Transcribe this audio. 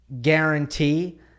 guarantee